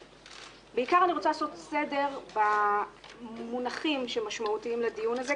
בעיקר אני רוצה לעשות סדר במונחים שמשמעותיים לדיון הזה,